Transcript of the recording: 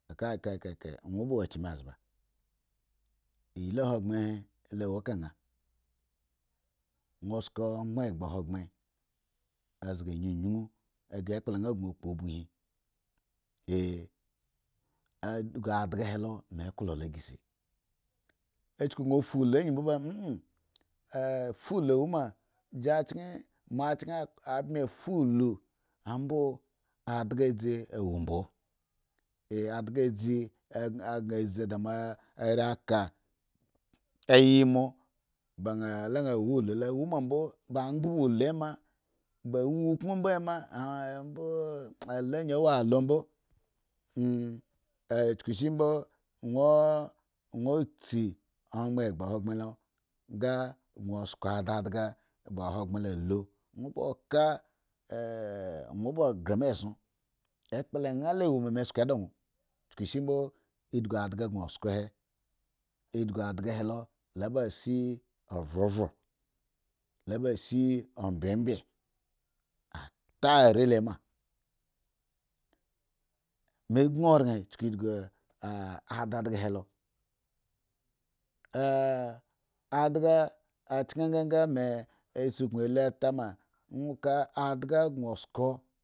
Kaka kai won ba wo achimezba. iyili ahogbren la wo eka an? Wo sko ongbon egba ahogbren a zgg yunyun ghre ekpla an gun kpo obiki lah a dga helo me klo lo shre si. a chuku gon fu uku ayin mboba enun fuulu woma ji chen mo chen abmi fuulu ambo adga dzi a wombo, adga dzi gan zidamoare ka ayimo ba an lula an wo ulu lo awo ma mbo, ba angbra ulu ame, ba wukun mbo ame a lu yi a wolo mbo a chuku shimbo wontsi ongbon egba ahogbren a lu won ba ka won ba shre me eson akpla an la wo ma me sko da woa chuku shimbo idugu adga gon sko he idugu adga he lo shi ovruvru luba shi embyebye ata are loma. me gon oran chuku adada he lo adga a chen nga nga me lo sikun lo tama.